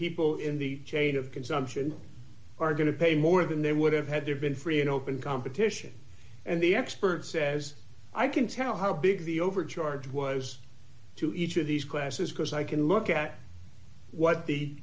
people in the chain of consumption are going to pay more than they would have had to have been free and open competition and the expert says i can tell how big the overcharge was to each of these classes because i can look at what the